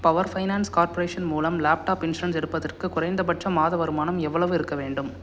power finance corporation மூலம் laptop insurance எடுப்பதற்கு குறைந்தபட்ச மாத வருமானம் எவ்வளவு இருக்க வேண்டும்